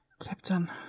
Captain